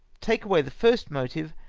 take away the first motive,